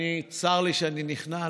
וצר לי שאני נכנע,